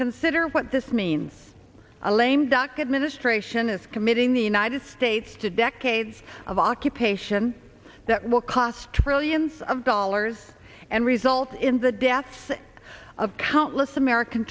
consider what this means a lame duck administration is committing the united states to decades of occupation that will cost trillions of dollars and result in the deaths of countless american